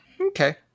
Okay